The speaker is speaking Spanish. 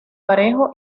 parejo